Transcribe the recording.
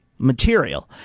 Material